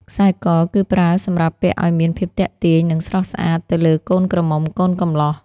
ខ្សែក គឺប្រើសម្រាប់ពាក់អោយមានភាពទាក់ទាញនិងស្រស់ស្អាតទៅលើកូនក្រមុំកូនកំលោះ។